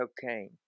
Cocaine